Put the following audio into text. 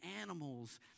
animals